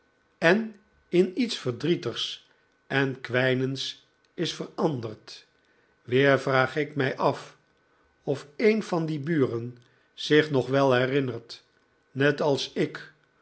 en in iets verdrietigs en kwijnends is veranderd weer vraag ik mij af of een van die buren zich nog wel herinnert net als ik